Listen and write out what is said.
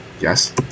Yes